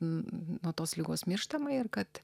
nuo tos ligos mirštama ir kad